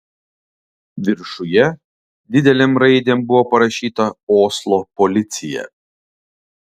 viršuje didelėm raidėm buvo parašyta oslo policija